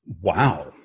wow